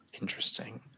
interesting